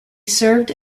served